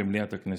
במליאת הכנסת.